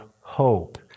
hope